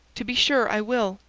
to be sure i will,